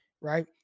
right